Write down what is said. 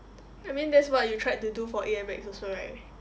I mean that's what you tried to do for A_M_X also right